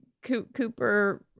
Cooper